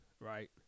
right